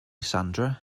sandra